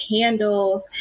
candles